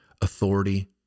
authority